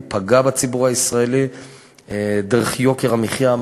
הוא פגע בציבור הישראלי דרך יוקר המחיה.